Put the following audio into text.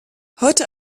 heute